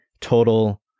total